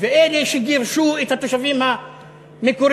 ואלה שגירשו את התושבים המקוריים,